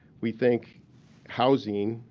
we think housing,